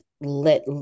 let